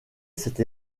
cette